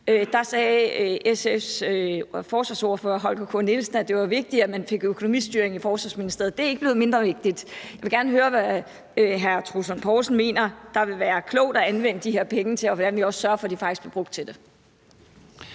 sagde SF's forsvarsordfører, Holger K. Nielsen, at det var vigtigt, at man fik økonomistyring i Forsvarsministeriet. Det er ikke blevet mindre vigtigt. Jeg vil gerne høre, hvad hr. Troels Lund Poulsen mener der vil være klogt at anvende de her penge til, og hvordan vi sørger for, at de også faktisk bliver brugt til det.